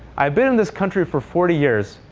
i've been in this country for forty years.